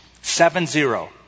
Seven-zero